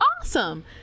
awesome